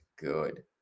good